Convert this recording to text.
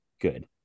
good